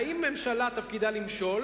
האם ממשלה תפקידה למשול